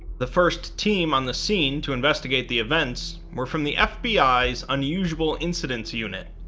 the first team on the scene to investigate the events were from the fbi's unusual incidents unit.